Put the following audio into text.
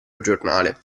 giornale